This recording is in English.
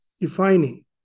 defining